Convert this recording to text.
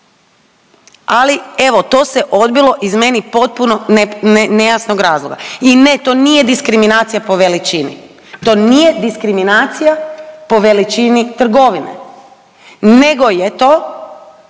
ali evo to se odbilo iz meni potpuno nejasnog razloga. I ne, to nije diskriminacija po veličini, to nije diskriminacija po veličini trgovine, nego je to